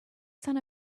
sun